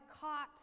caught